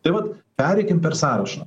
tai vat pereikim per sąrašą